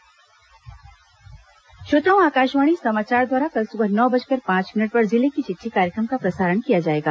जिले की चिट्ठी श्रोताओं आकाशवाणी समाचार द्वारा कल सुबह नौ बजकर पांच मिनट पर जिले की चिट्ठी कार्यक्रम का प्रसारण किया जाएगा